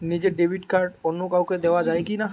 নিজের debit card অন্য কাউকে দেওয়া যায় কি না?